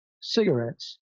cigarettes